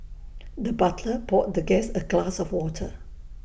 the butler poured the guest A glass of water